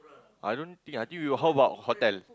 I don't think I think we how about hotel